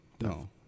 no